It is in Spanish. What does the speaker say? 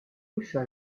uso